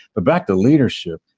but back to leadership,